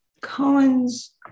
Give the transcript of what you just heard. Cohen's